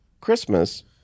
Christmas